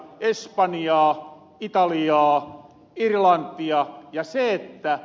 espanjaa italiaa irlantia